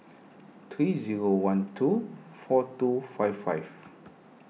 three zero one two four two five five